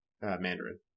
Mandarin